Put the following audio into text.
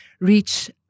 reach